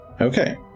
Okay